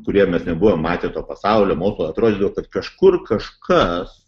kurie mes nebuvom matę to pasaulio mums atrodo kad kažkur kažkas